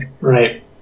Right